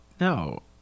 No